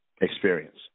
experience